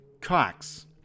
Cox